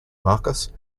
marcus